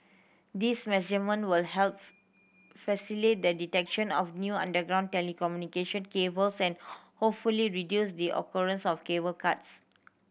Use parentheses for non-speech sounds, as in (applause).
these (unintelligible) will help facilitate the detection of new underground telecommunication cables and hopefully reduce the occurrence of cable cuts